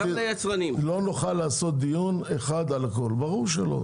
לא נוכל לעשות דיון אחד על הכול, ברור שלא.